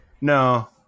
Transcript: No